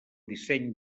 disseny